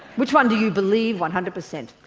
which one do you believe one hundred percent?